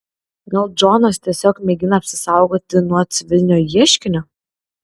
gal džonas tiesiog mėgina apsisaugoti nuo civilinio ieškinio